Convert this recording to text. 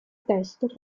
testo